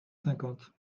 cinquante